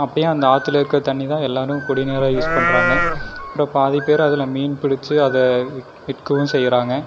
அப்பயும் அந்த ஆற்றுல இருக்கிற தண்ணி தான் எல்லாரும் குடிநீராக யூஸ் பண்ணுறாங்க இப்போ பாதி பேர் அதில் மீன் பிடிச்சி அதை விக் விற்கவும் செய்யறாங்க